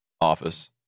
office